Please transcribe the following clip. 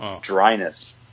dryness